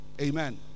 Amen